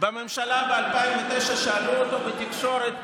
בממשלה ב-2009, שאלו אותו בתקשורת: